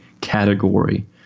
category